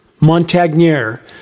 Montagnier